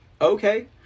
okay